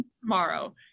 tomorrow